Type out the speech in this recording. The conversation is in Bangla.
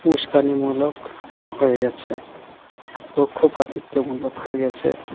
উস্কানিমূলক হয়ে গেছে পক্ষপাতিত্বমূলক হয়ে গেছে